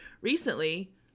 recently